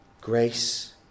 Grace